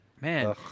Man